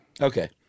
Okay